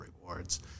rewards